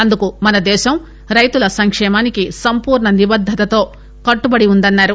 అందుకు మన దేశం రైతుల సంక్షేమానికి సంపూర్ణ నిబద్దతతో కట్టుబడి ఉందన్నారు